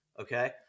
Okay